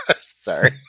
Sorry